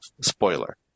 Spoiler